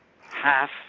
half